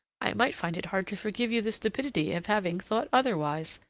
i might find it hard to forgive you the stupidity of having thought otherwise.